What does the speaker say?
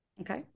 Okay